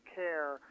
care